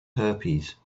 herpes